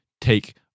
take